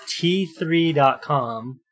T3.com